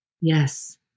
Yes